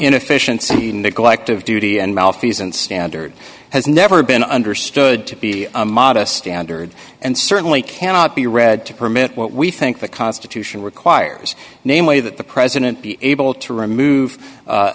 inefficiency neglect of duty and malfeasance standard has never been understood to be a modest standard and certainly cannot be read to permit what we think the constitution requires namely that the president be able to remove